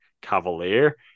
cavalier